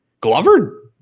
Glover